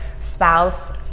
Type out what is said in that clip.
spouse